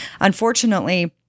Unfortunately